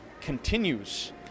continues